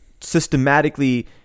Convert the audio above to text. systematically